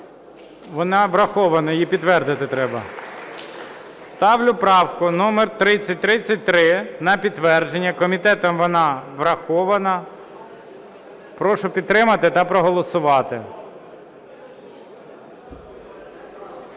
Вона врахована, її підтвердити треба. Ставлю правку номер 3033 на підтвердження. Комітетом вона врахована. Прошу підтримати та проголосувати.